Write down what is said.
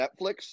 Netflix